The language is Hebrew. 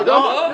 לא.